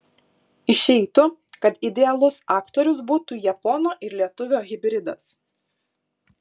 išeitų kad idealus aktorius būtų japono ir lietuvio hibridas